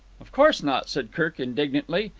of course not, said kirk indignantly,